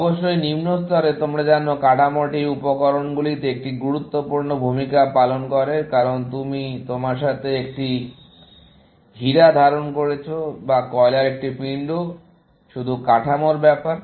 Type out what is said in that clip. অবশ্যই নিম্ন স্তরে তোমরা জানো কাঠামোটি উপকরণগুলিতে একটি গুরুত্বপূর্ণ ভূমিকা পালন করে কারণ তুমি তোমার হাতে একটি হীরা ধারণ করেছো বা কয়লার একটি পিণ্ড শুধু কাঠামোর ব্যাপার